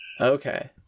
Okay